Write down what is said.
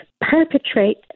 perpetrate